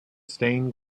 stained